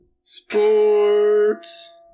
sports